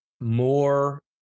more